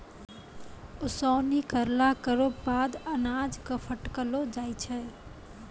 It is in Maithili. ओसौनी करला केरो बाद अनाज क फटकलो जाय छै